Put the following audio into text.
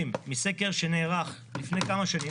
מסקר שנערך לפני כמה שנים,